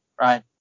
right